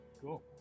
Cool